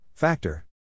Factor